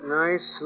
nice